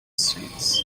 scenes